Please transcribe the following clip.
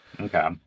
Okay